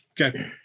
okay